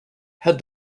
had